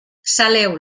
saleu